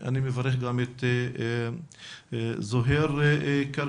אני מברך גם את זוהיר כרכבי,